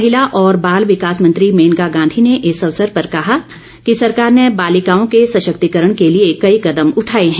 महिला और बाल विकास मंत्री मेनका गांधी ने इस अवसर पर कहा कि सरकार ने बालिकाओं के सशक्तिकरण के लिए कई कदम उठाए हैं